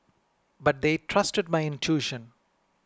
but they trusted my intuition